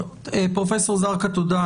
פרופסור זרקא, תודה.